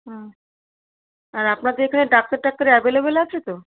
হুম আর আপনাদের এখানে ডাক্তার টাক্তার অ্যাভেইলেবল আছে তো